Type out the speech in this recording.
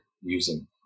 using